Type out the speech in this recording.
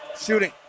shooting